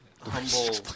humble